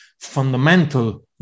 fundamental